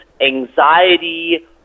anxiety